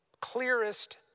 clearest